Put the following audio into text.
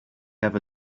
ever